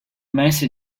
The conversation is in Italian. mese